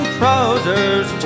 trousers